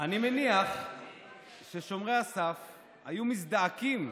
אני מניח ששומרי הסף היו מזדעקים: